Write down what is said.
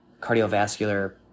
cardiovascular